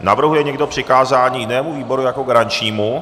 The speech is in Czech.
Navrhuje někdo přikázání jinému výboru jako garančnímu?